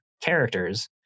characters